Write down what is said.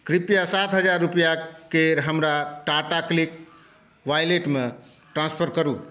कृप्या सात हजार रूपैआके हमरा टाटाक्लिक वॉलेटमे ट्रांसफर करू